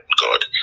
God